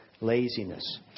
laziness